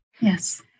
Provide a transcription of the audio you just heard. yes